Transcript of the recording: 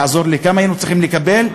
תעזור לי: כמה היינו צריכים לקבל?